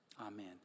amen